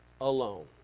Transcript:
alone